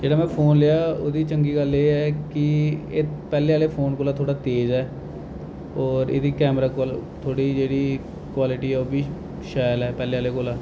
जेह्ड़ा में फोन लेआ ओह्दी चंगी गल्ल एह् ऐ की एह् पैह्लें आह्ले फोन कोला थोह्ड़ा तेज ऐ एह्दी कैमरा कुआल्टी थोह्ड़ी जेह्ड़ी कुआल्टी ऐ ओह् बी शैल ऐ पैह्लें आह्ले कोला